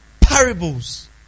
Parables